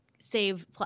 save